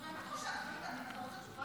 אתה באמת, אתה רוצה תשובה על זה?